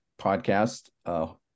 podcast